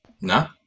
No